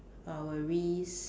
I will risk